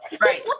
Right